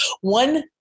One